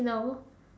you know